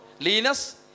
Linus